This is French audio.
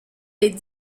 les